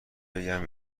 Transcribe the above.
بگم